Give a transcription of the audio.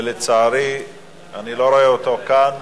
ולצערי אני לא רואה אותו כאן,